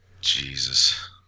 Jesus